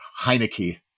Heineke